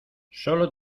solo